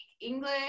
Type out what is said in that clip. English